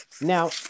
Now